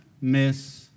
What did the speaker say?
Miss